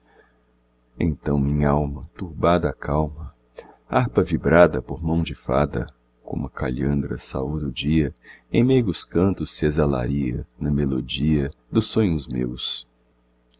então minhalma turbada a calma harpa vibrada por mão de fada como a calhandra saúda o dia em meigos cantos se exalaria na melodia dos sonhos meus